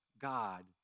God